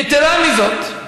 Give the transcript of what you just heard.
יתרה מזו,